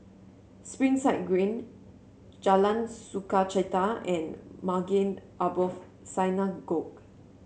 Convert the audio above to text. Springside Green Jalan Sukachita and Maghain Aboth Synagogue